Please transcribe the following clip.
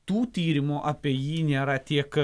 tų tyrimų apie jį nėra tiek